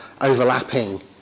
overlapping